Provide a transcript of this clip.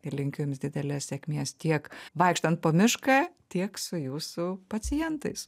ir linkiu jums didelės sėkmės tiek vaikštant po mišką tiek su jūsų pacientais